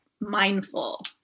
mindful